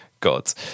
gods